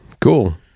Cool